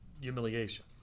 humiliation